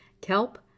kelp